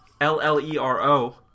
L-L-E-R-O